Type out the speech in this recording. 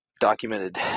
documented